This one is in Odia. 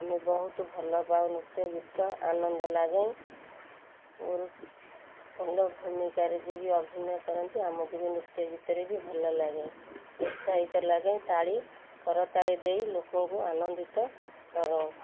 ଆମେ ବହୁତ ଭଲ ପାଉ ନୃତ୍ୟ ଗୀତ ଆନନ୍ଦ ଲାଗେ ଗୁରୁ ପୂର୍ଣ୍ଣ ଭୂମିକାରେ ଯିଏ ବି ଅଭିନୟ କରନ୍ତି ଆମକୁ ବି ନୃତ୍ୟ ଗୀତରେ ବି ଭଲ ଲାଗେ ଉତ୍ସାହିତ ଲାଗେ ତାଳି କରତାଳି ଦେଇ ଲୋକଙ୍କୁ ଆନନ୍ଦିତ କରଉଁ